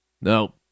No